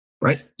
right